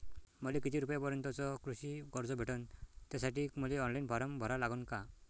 मले किती रूपयापर्यंतचं कृषी कर्ज भेटन, त्यासाठी मले ऑनलाईन फारम भरा लागन का?